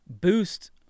boost